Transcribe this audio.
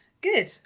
Good